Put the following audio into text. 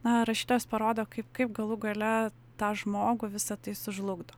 na rašytojas parodo kaip kaip galų gale tą žmogų visa tai sužlugdo